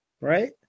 right